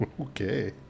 Okay